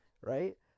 right